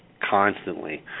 constantly